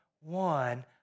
one